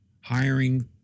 hiring